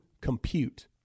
compute